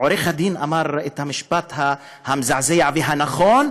העורך-דין אמר את המשפט המזעזע והנכון,